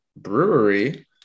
brewery